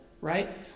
right